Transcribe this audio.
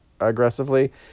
aggressively